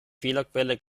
fehlerquelle